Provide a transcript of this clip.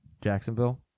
Jacksonville